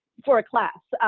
for a class,